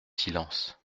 silence